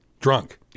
drunk